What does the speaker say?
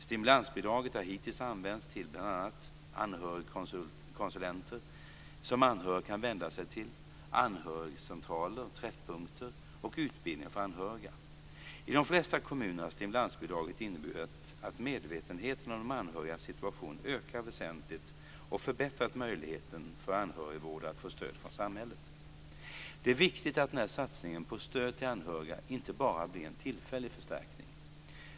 Stimulansbidraget har hittills används till bl.a. anhörigkonsulenter som anhöriga kan vända sig till, anhörigcentraler, träffpunkter och utbildning för anhöriga. I de flesta kommuner har stimulansbidraget inneburit att medvetenheten om de anhörigas situation ökat väsentligt och förbättrat möjligheterna för anhörigvårdare att få stöd från samhället. Det är viktigt att den här satsningen på stöd till anhöriga inte bara blir en tillfällig förstärkning.